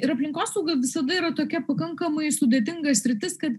ir aplinkosauga visada yra tokia pakankamai sudėtinga sritis kad